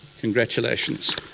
Congratulations